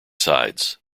sides